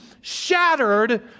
shattered